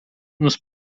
nos